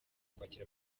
kwakira